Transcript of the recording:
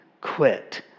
quit